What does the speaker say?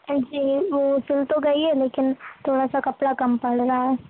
جی وہ سل تو گئی ہے لیکن تھوڑا سا کپڑا کم پڑ رہا ہے